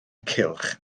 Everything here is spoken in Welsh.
cylch